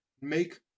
make